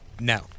No